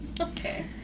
Okay